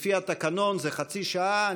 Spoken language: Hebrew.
לפי התקנון זה חצי שעה.